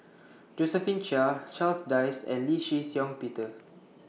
Josephine Chia Charles Dyce and Lee Shih Shiong Peter